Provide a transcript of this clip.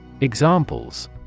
Examples